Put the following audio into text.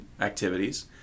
activities